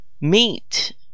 meat